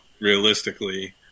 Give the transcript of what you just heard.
realistically